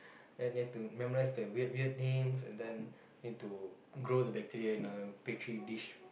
and you've to memorise the weird weird names and then need to grow the bacteria in a pantry dish